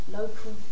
local